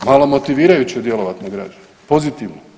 Malo motivirajuće djelovati na građane, pozitivno.